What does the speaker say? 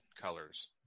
colors